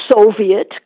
Soviet